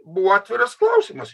buvo atviras klausimas